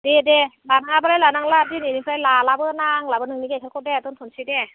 दे दे लानाङाबालाय लानांला दिनैनिफ्राय लालाबो नांलाबो नोंनि गायखेरखौ दे दोनथ'नोसै दे